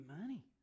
money